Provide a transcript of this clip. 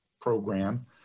program